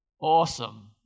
awesome